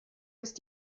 ist